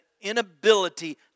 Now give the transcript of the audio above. inability